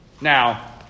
Now